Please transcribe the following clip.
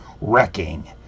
wrecking